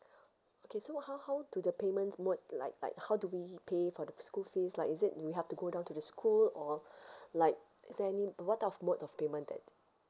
okay so how how do the payment mode like like how do we pay for the school fees like is it you have to go down to the school or like is there any what type of mode of payment that